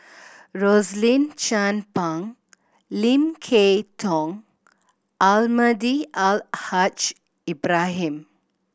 Rosaline Chan Pang Lim Kay Tong Almahdi Al Haj Ibrahim